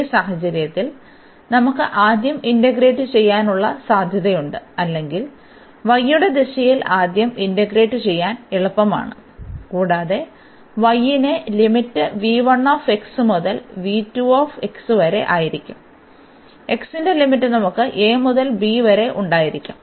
ഈ സാഹചര്യത്തിൽ നമുക്ക് ആദ്യം ഇന്റഗ്രേറ്റ് ചെയ്യാനുള്ള സാധ്യതയുണ്ട് അല്ലെങ്കിൽ y യുടെ ദിശയിൽ ആദ്യം ഇന്റഗ്രേറ്റ് ചെയ്യാൻ എളുപ്പമാണ് കൂടാതെ y ന്റെ ലിമിറ്റ് മുതൽ ഈ വരെ ആയിരിക്കും x ന്റെ ലിമിറ്റ് നമുക്ക് a മുതൽ b വരെ ഉണ്ടായിരിക്കും